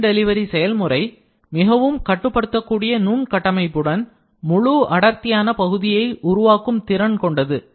beam delivery செயல்முறை மிகவும் கட்டுப்படுத்தக்கூடிய நுண் கட்டமைப்புடன் முழு அடர்த்தியான பகுதியை உருவாக்கும் திறன் கொண்டது